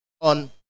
on